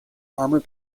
armor